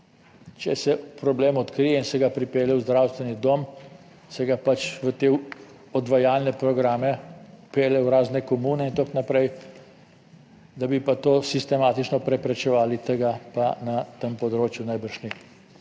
Če se problem odkrije in se ga pripelje v zdravstveni dom, se ga pač v te odvajalne programe vpelje v razne komune in tako naprej. Da bi pa to sistematično preprečevali tega pa na tem področju najbrž ni.